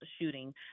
shooting